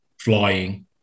flying